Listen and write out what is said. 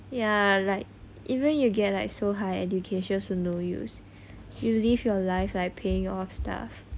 ya like even you get like so high education also no use you live your life like paying off stuff